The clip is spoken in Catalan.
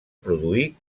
produir